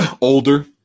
older